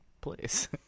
place